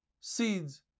seeds